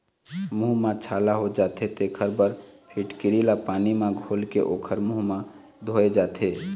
मूंह म छाला हो जाथे तेखर बर फिटकिरी ल पानी म घोलके ओखर मूंह ल धोए जाथे